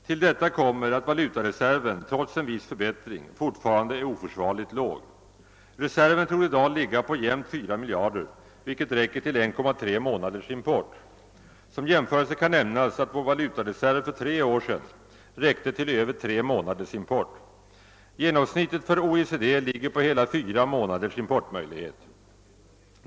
Till detta kommer att valutareserven trots en viss förbättring fortfarande är oförsvarligt låg. Reserven torde i dag ligga på jämnt 4 mil jarder, vilket räcker till 1,3 månaders import. Som jämförelse kan nämnas att vår valutareserv för tre år sedan räckte till över tre månaders import. Genomsnittet för OECD ligger på hela fyra månaders import.